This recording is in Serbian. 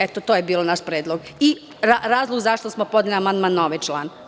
Eto, to je bio naš predlog i razlog zašto smo podneli amandman na ovaj član.